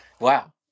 Wow